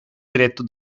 diretto